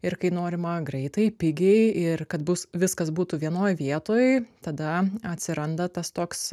ir kai norima greitai pigiai ir kad bus viskas būtų vienoj vietoj tada atsiranda tas toks